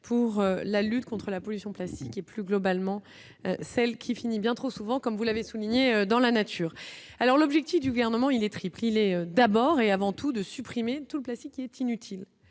pour la lutte contre la pollution, plastique et, plus globalement, celle qui finit bien trop souvent, comme vous l'avez souligné dans la nature alors l'objectif du gouvernement, il est triple : il est d'abord et avant tout de supprimer toute classique qui est inutile